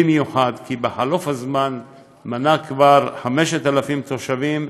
במיוחד משום שבחלוף הזמן הוא מנה כבר 5,000 תושבים,